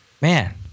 Man